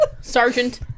Sergeant